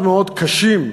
מאוד מאוד קשים,